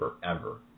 forever